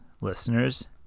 listeners